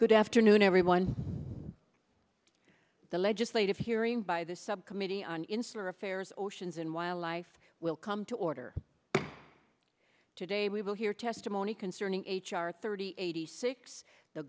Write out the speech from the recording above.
good afternoon everyone the legislative hearing by the subcommittee on insular affairs oceans and wildlife will come to order today we will hear testimony concerning h r thirty eighty six the